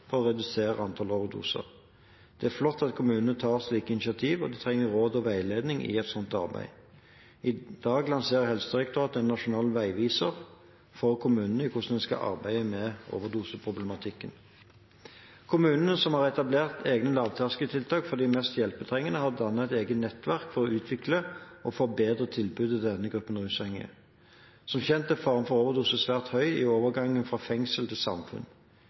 for å redusere antall overdoser. Det er flott at kommunene tar slike initiativ, og de trenger råd og veiledning i slikt arbeid. I dag lanserer Helsedirektoratet en nasjonal veiviser for kommunene i hvordan de skal arbeide med overdoseproblematikken. Kommunene som har etablert egne lavterskeltiltak for de mest hjelpetrengende, har dannet et eget nettverk for å utvikle og forbedre tilbudet til denne gruppen rusavhengige. Som kjent er faren for overdose svært høy i overgangen fra fengsel til samfunn.